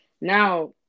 now